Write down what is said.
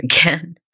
again